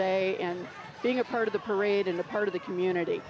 day and being a part of the parade and a part of the community